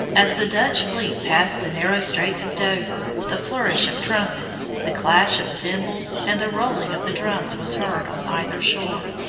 as the dutch fleet passed the narrow straits of dover the flourish of trumpets, the clash of cymbals, and the rolling of the drums was heard on either shore.